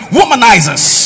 womanizers